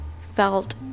felt